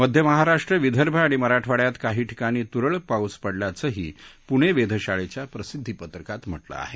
मध्य महाराष्ट्र विदर्भ आणि मराठवाडयात काही ठिकाणी तुरळक पाऊस पडल्याचंही पुणे वेधशाळेच्या प्रसिद्वी पत्रकात म्हटलं आहे